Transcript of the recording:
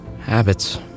habits